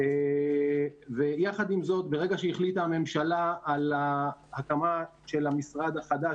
ברגע שהחליטה הממשלה על הקמת המשרד החדש